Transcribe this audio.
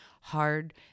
hard